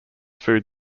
food